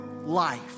life